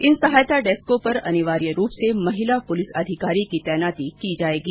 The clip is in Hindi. इन सहायता डेस्को पर अनिवार्य रूप से महिला पुलिस अधिकारी की तैनाती की जाएगी